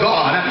God